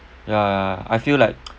ya ya I feel like